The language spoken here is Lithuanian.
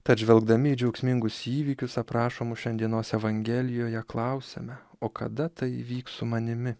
tad žvelgdami į džiaugsmingus įvykius aprašomus šiandienos evangelijoje klausiame o kada tai įvyks su manimi